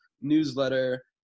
newsletter